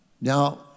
Now